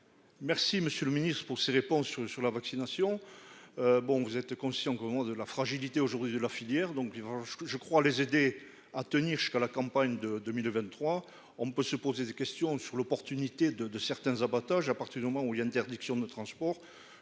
Merci, monsieur le Ministre pour ses réponses sur la vaccination. Bon vous êtes conscient qu'au moment de la fragilité aujourd'hui de la filière donc. Je crois, les aider à tenir jusqu'à la campagne de 2023. On peut se poser des questions sur l'opportunité de de certains abattage à partir du moment où il a interdiction de transport.